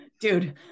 dude